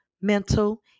mental